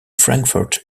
frankfurt